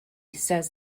says